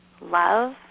love